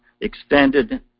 extended